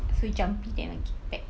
so you jampi them and get back